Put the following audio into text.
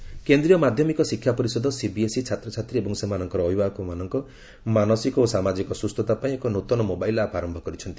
CBSE କେନ୍ଦ୍ରୀୟ ମାଧ୍ୟମିକ ଶିକ୍ଷା ପରିଷଦ ସିବିଏସ୍ଇ ଛାତ୍ରଛାତ୍ରୀ ଏବଂ ସେମାନଙ୍କର ଅଭିଭାବକମାନଙ୍କ ମାନସିକ ଓ ସାମାଜିକ ସୁସ୍ଥତା ପାଇଁ ଏକ ନୂତନ ମୋବାଇଲ୍ ଆପ୍ ଆରମ୍ଭ କରିଛନ୍ତି